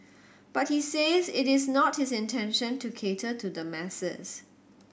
but he says it is not his intention to cater to the masses